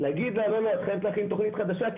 להגיד לה לא, לא, את חייבת להכין תכנית חדשה.